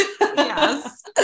yes